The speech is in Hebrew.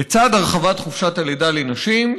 בצד הרחבת חופשת הלידה לנשים,